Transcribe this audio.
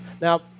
Now